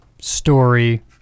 story